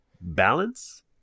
Balance